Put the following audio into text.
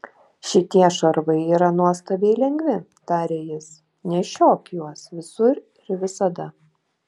šitie šarvai yra nuostabiai lengvi tarė jis nešiok juos visur ir visada